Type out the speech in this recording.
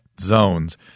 zones